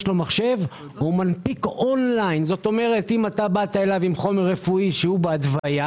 יש לו מחשב ומנפיק און ליין כלומר אם באת אליו עם חומר רפואי בהתוויה,